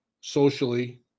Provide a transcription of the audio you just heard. socially